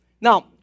Now